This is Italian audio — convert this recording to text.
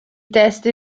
testi